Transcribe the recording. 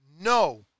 no